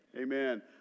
Amen